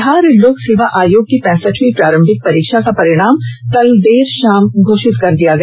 बिहार लोक सेवा आयोग की पैसठवीं प्रारंभिक परीक्षा का परिणाम कल देर शाम घोषित कर दिया गया